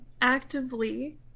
actively